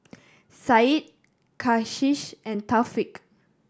Syed Kasih and Thaqif